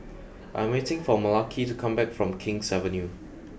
I am waiting for Malaki to come back from King's Avenue